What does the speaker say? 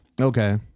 Okay